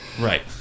Right